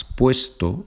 puesto